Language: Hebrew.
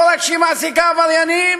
לא רק שהיא מעסיקה עבריינים,